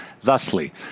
thusly